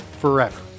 forever